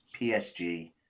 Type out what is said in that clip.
PSG